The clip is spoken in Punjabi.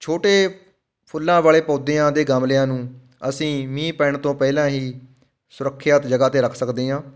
ਛੋਟੇ ਫੁੱਲਾਂ ਵਾਲੇ ਪੌਦਿਆਂ ਦੇ ਗਮਲਿਆਂ ਨੂੰ ਅਸੀਂ ਮੀਂਹ ਪੈਣ ਤੋਂ ਪਹਿਲਾਂ ਹੀ ਸੁਰੱਖਿਅਤ ਜਗ੍ਹਾ 'ਤੇ ਰੱਖ ਸਕਦੇ ਹਾਂ